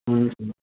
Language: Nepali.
हुन्छ